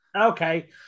Okay